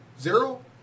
zero